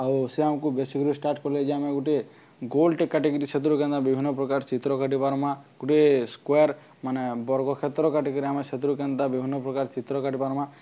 ଆଉ ସେ ଆମ୍କୁ ବେସିକ୍ରୁ ଷ୍ଟାର୍ଟ୍ କଲେ ଯେ ଆମେ ଗୋଟେ ଗୋଲଟେ କାଟିକିରି ସେଥିରୁ କେନ୍ତା ବିଭିନ୍ନ ପ୍ରକାର ଚିତ୍ର କାଟି ପାର୍ମା ଗୋଟେ ସ୍କୋୟାର୍ ମାନେ ବର୍ଗ କ୍ଷେତ୍ର କାଟିକିରି ଆମେ ସେଥିରୁ କେନ୍ତା ବିଭିନ୍ନ ପ୍ରକାର ଚିତ୍ର କାଟି ପାର୍ମା